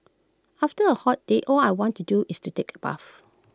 after A hot day all I want to do is to take A bath